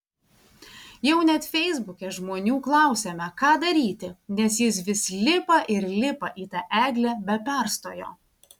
jau net feisbuke žmonių klausėme ką daryti nes jis vis lipa ir lipa į tą eglę be perstojo